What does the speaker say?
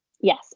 Yes